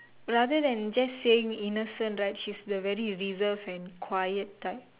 rather than just saying innocent right she's the very reserve and quiet type